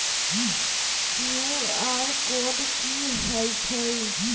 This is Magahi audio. कियु.आर कोड कि हई छई?